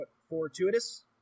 fortuitous